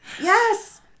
yes